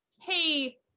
hey